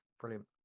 brilliant